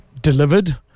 delivered